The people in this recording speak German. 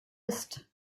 ist